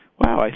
Wow